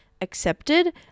accepted